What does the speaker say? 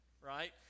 right